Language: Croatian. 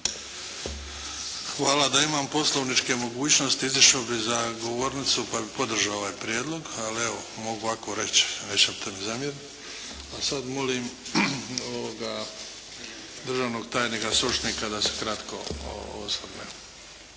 Hvala. Da imam poslovničke mogućnosti izašao bih za govornicu pa bih podržao ovaj prijedlog, ali evo, mogu ovako reći, nećete mi zamjeriti. A sada molim državnog tajnika Sušnika, da se kratko osvrne.